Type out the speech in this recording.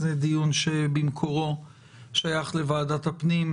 זה דיון שבמקורו שייך לוועדת הפנים,